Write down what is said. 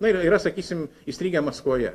na ir yra sakysim įstrigę maskvoje